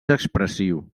expressiu